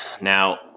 Now